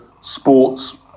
sports